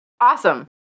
awesome